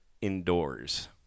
Indoors